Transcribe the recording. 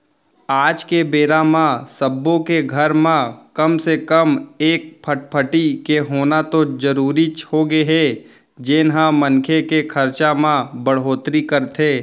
आज के बेरा म सब्बो के घर म कम से कम एक फटफटी के होना तो जरूरीच होगे हे जेन ह मनखे के खरचा म बड़होत्तरी करथे